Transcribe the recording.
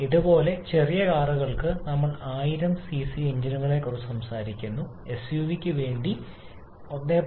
അതുപോലെ ചെറിയ കാറുകൾക്കായി നമ്മൾ 1000 സിസി എഞ്ചിനുകളെക്കുറിച്ച് സംസാരിക്കുന്നു എസ്യുവിക്ക് വേണ്ടിയുള്ള 1